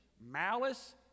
malice